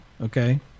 okay